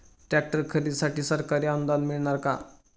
Tractor खरेदीसाठी सरकारी अनुदान मिळणार का?